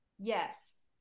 yes